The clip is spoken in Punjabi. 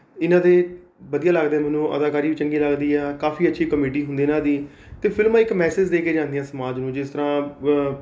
ਇਹਨਾਂ ਦੇ ਵਧੀਆ ਲੱਗਦੇ ਮੈਨੂੰ ਅਦਾਕਾਰੀ ਵੀ ਚੰਗੀ ਲੱਗਦੀ ਆ ਕਾਫ਼ੀ ਅੱਛੀ ਕਮੇਡੀ ਹੁੰਦੀ ਇਨ੍ਹਾਂ ਦੀ ਅਤੇ ਫਿਲਮਾਂ ਇੱਕ ਮੈਸੇਜ਼ ਦੇ ਕੇ ਜਾਂਦੀਆਂ ਸਮਾਜ ਨੂੰ ਜਿਸ ਤਰ੍ਹਾਂ